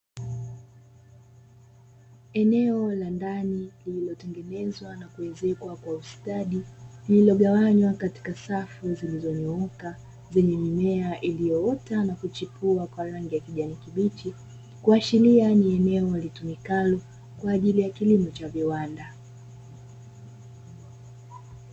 Eneo la ndani lililotengenezwa na kuezekwa kwa ustadi lililogawanywa katika safu zilizonyooka, zenye mimea iliyoota na kuchipua kwa rangi ya kijani kibichi kuashiria ni eneo litumikalo kwa ajili ya kilimo cha viwanda.